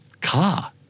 Car